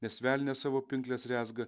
nes velnias savo pinkles rezga